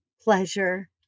pleasure